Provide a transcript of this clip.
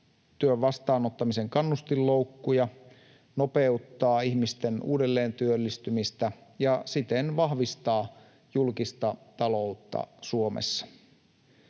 työn vastaanottamisen kannustinloukkuja, nopeuttaa ihmisten uudelleentyöllistymistä ja siten vahvistaa julkista taloutta Suomessa.